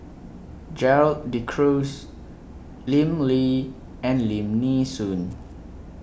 Gerald De Cruz Lim Lee and Lim Nee Soon